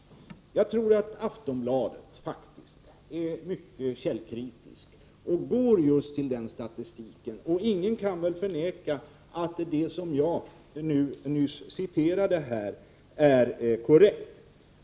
Jag tror faktiskt att Aftonbladet är mycket källkritisk och baserar sig på just den statistiken. Ingen kan väl förneka att det som jag nyss citerade är korrekt.